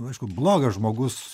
aišku blogas žmogus